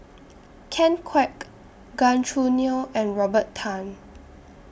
Ken Kwek Gan Choo Neo and Robert Tan